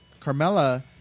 Carmella